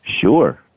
Sure